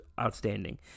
outstanding